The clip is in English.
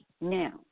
now